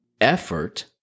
effort